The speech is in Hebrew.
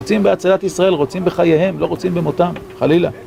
רוצים בהצלת ישראל, רוצים בחייהם, לא רוצים במותם. חלילה.